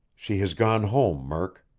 she has gone home, murk.